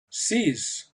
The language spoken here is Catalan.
sis